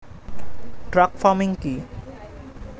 Truck farming কি?